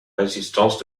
résistance